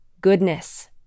goodness